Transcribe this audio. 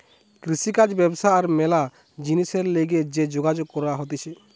কৃষিকাজ ব্যবসা আর ম্যালা জিনিসের লিগে যে যোগাযোগ করা হতিছে